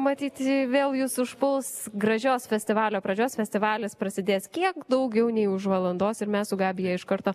matyt vėl jus užpuls gražios festivalio pradžios festivalis prasidės kiek daugiau nei už valandos ir mes su gabija iš karto